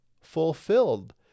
fulfilled